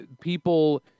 people